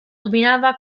dominava